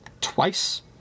twice